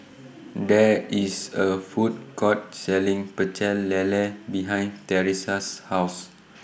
There IS A Food Court Selling Pecel Lele behind Tressa's House